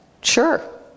Sure